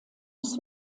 des